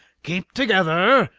keep together,